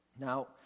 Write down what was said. Now